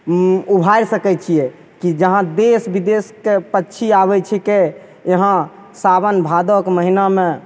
उभारि सकै छिए कि जहाँ देश विदेशके पक्षी आबै छिकै यहाँ साओन भादोके महिनामे